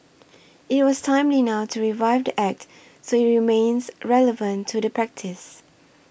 it was timely now to revise Act so it remains relevant to the practice